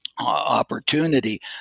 opportunity